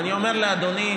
אני אומר לאדוני,